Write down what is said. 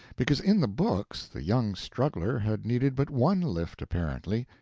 because in the books the young struggler had needed but one lift, apparently.